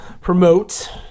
promote